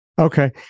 Okay